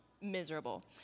miserable